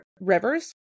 rivers